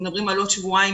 ובעוד שבועיים